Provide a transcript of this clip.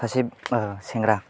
सासे सेंग्रा